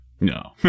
No